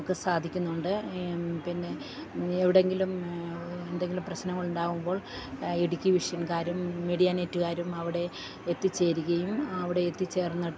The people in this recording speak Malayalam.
ഒക്കെ സാധിക്കുന്നുണ്ട് പിന്നെ എവിടെങ്കിലും എന്തെങ്കിലും പ്രശ്നങ്ങൾ ഉണ്ടാവുമ്പോൾ ഇടുക്കി വിഷൻക്കാരും മീഡിയ നെറ്റ്ക്കാരും അവിടെ എത്തിച്ചേരുകയും അവിടെ എത്തിച്ചേർന്നിട്ട്